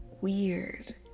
Weird